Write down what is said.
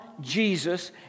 Jesus